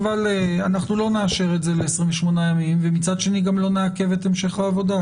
אנחנו לא נאשר את זה ל-28 ימים ומצד שני גם לא נעכב את המשך העבודה,